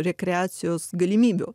rekreacijos galimybių